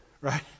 Right